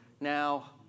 Now